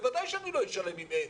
בוודאי שאני לא אשלם אם אין.